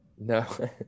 No